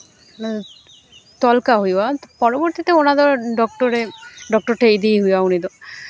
ᱛᱚᱞ ᱠᱟᱜ ᱦᱩᱭᱩᱜᱼᱟ ᱯᱚᱨᱚᱵᱚᱨᱛᱤ ᱛᱮ ᱚᱱᱟᱫᱚ ᱰᱚᱠᱴᱚᱨ ᱮ ᱰᱚᱠᱴᱚᱨ ᱴᱷᱮᱡ ᱤᱫᱤᱭᱮ ᱦᱩᱭᱩᱜᱼᱟ ᱩᱱᱤ ᱫᱚ